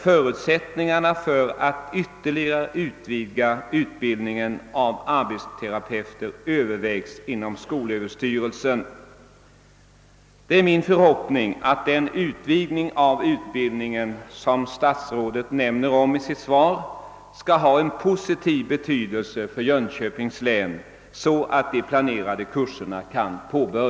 Förutsättningarna för att ytterligare utvidga utbildningen av arbetsterapeuter övervägs inom skolöverstyrelsen.» Det är min förhoppning att den utvidgning av utbildningen som statsrådet omnämner i sitt svar skall ha en positiv betydelse för Jönköpings län, så att de planerade kurserna kan påbör